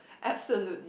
absolutely